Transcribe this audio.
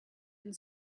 and